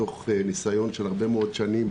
מתוך ניסיון של הרבה מאוד שנים,